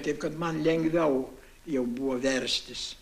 taip kad man lengviau jau buvo verstis